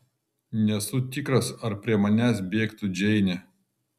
nesu tikras ar prie manęs bėgtų džeinė